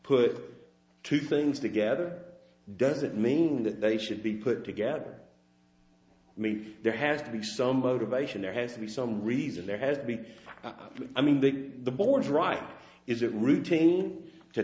put two things together doesn't mean that they should be put together i mean there has to be some boat evasion there has to be some reason there has been i mean big boards right is it routine to